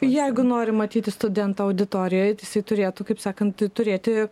jeigu nori matyti studentų auditorijoje tai jisai turėtų kaip sakant turėti